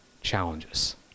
challenges